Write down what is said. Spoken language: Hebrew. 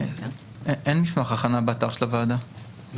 מבחינתי מאוד מאוד